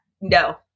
no